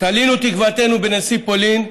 תלינו את תקוותנו בנשיא פולין,